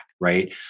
right